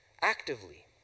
actively